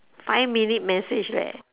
five minute message leh